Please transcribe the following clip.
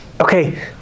Okay